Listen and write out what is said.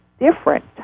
different